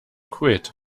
quid